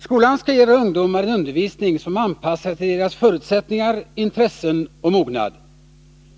Skolan skall ge våra ungdomar en undervisning som är anpassad till deras förutsättningar, intressen och mognad.